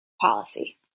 Policy